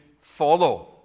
follow